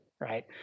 right